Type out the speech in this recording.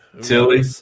Tilly